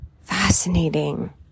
fascinating